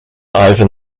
ivan